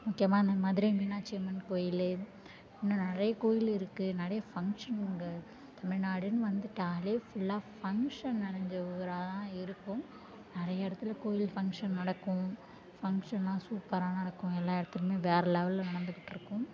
முக்கியமாக அந்த மாதிரி மீனாட்சி அம்மன் கோயில் இன்னும் நிறைய கோயில் இருக்கு நிறைய ஃபங்க்ஷனுங்க தமிழ்நாடுன்னு வந்துவிட்டாலே ஃபுல்லாக ஃபங்க்ஷன் நனஞ்ச ஊராக தான் இருக்கும் நிறைய இடத்துல கோயில் ஃபங்க்ஷன் நடக்கும் ஃபங்க்ஷன்லாம் சூப்பராக நடக்கும் எல்லா இடத்துலிமே வேற லெவலில் நடந்துகிட்யிருக்கும்